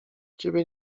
ciebie